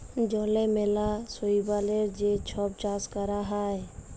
জলে ম্যালা শৈবালের যে ছব চাষ ক্যরা হ্যয়